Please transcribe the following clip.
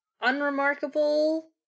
Unremarkable